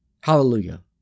Hallelujah